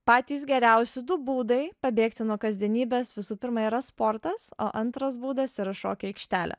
patys geriausi du būdai pabėgti nuo kasdienybės visų pirma yra sportas antras būdas yra šokių aikštelė